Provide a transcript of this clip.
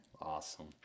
Awesome